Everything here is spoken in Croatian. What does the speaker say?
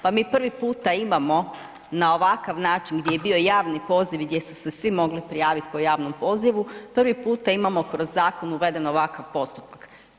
Pa mi prvi puta imamo na ovakav način gdje je bio javni poziv i gdje su se svi mogli prijaviti po javnom pozivu, prvi puta imamo kroz zakon uveden ovakav postupak.